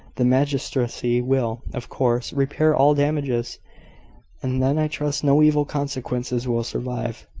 the magistracy will, of course, repair all damages and then i trust no evil consequences will survive.